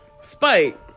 Spike